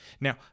Now